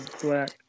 black